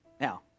Now